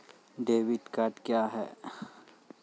Debit card क्या हैं?